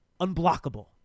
unblockable